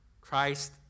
Christ